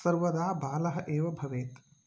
सर्वदा बालः एव भवेत्